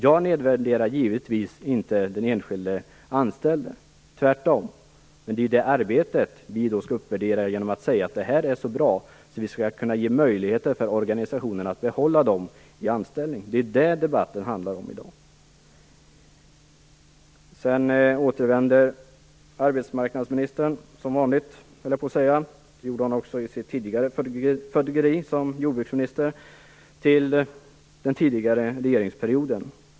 Jag nedvärderar givetvis inte den enskilde anställde - tvärtom - men det är ju arbetet vi skall uppvärdera genom att säga att det är så bra att vi ger organisationerna möjlighet att behålla sin personal i anställning. Det är det debatten i dag handlar om. Arbetsmarknadsministern återvänder nu, liksom hon brukade göra i sitt tidigare fögderi som jordbruksminister, till den tidigare regeringsperioden.